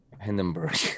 hindenburg